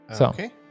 Okay